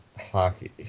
hockey